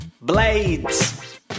Blades